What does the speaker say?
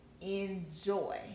enjoy